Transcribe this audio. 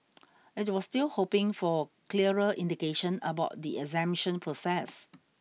it was still hoping for a clearer indication about the exemption process